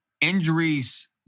injuries